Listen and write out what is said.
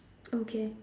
okay